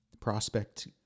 prospect